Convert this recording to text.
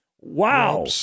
Wow